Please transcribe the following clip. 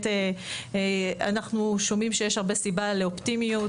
אנחנו שומעים שיש הרבה סיבה לאופטימיות.